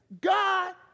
God